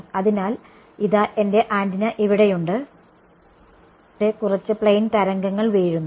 അതിനാൽ ഇതാ എന്റെ ആന്റിന ഇവിടെയുണ്ട് ഇവിടെ കുറച്ച് പ്ലെയിൻ തരംഗങ്ങൾ വീഴുന്നു